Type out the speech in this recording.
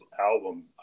album